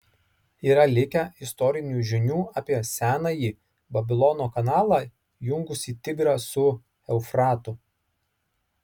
yra likę istorinių žinių apie senąjį babilono kanalą jungusį tigrą su eufratu